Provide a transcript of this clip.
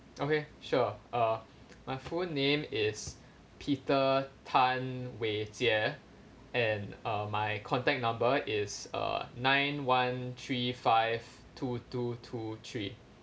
okay sure uh my full name is peter tan wei jie and uh my contact number is err nine one three five two two two three